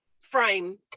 frame